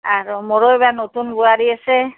আৰু মোৰো এইবাৰ নতুন বোৱাৰী আছে